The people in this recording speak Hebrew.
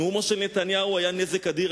נאומו של נתניהו היה נזק אדיר.